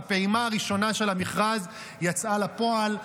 והפעימה הראשונה של המכרז יצאה לפועל.